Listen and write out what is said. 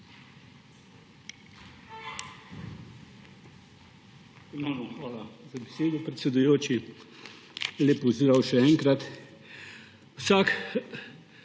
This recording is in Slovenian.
hvala za besedo, predsedujoči. Lep pozdrav še enkrat! Vsak